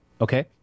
okay